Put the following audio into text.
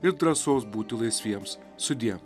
ir drąsos būti laisviems sudie